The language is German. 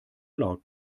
laut